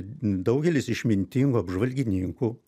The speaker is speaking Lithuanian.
daugelis išmintingų apžvalgininkų